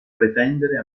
pretendere